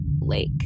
lake